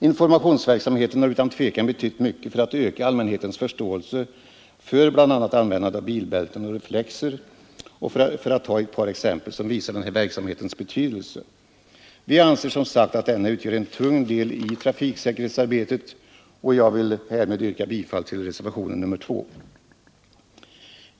Informationsverksamheten har utan tvivel betytt mycket för att öka allmänhetens förståelse för bl.a. användandet av bilbälten och reflexer, för att ta ett par exempel som visar den här verksamhetens betydelse. Vi anser som sagt att denna utgör en tung del i trafiksäkerhetsarbetet, och jag vill yrka bifall till reservationen 2.